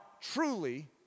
truly